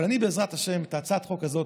אבל אני, בעזרת השם, את הצעת החוק הזאת,